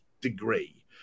degree